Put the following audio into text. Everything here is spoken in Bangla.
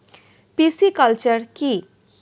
পিসিকালচার কি?